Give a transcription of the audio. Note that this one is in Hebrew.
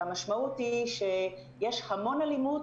והמשמעות היא שיש המון אלימות,